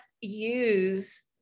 use